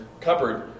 cupboard